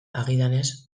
agidanez